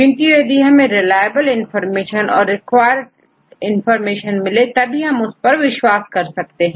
किंतु यदि हमें रिलायबल इंफॉर्मेशन और रिक्वायर्ड इंफॉर्मेशन मिले तभी हम विश्वास करते हैं